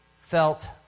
felt